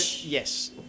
yes